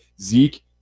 Zeke